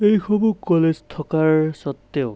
এইসমূহ কলেজ থকাৰ স্বত্বেও